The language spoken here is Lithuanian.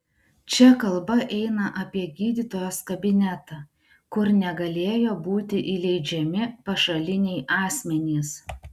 čia kalba eina apie gydytojos kabinetą kur negalėjo būti įleidžiami pašaliniai asmenys